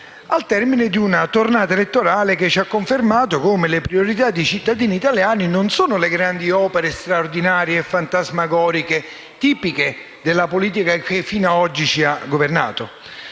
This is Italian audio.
al termine di una tornata elettorale che ha confermato che le priorità dei cittadini italiani non sono le grandi, straordinarie e fantasmagoriche opere tipiche della politica che fino ad oggi ci ha governato.